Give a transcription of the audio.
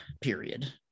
Period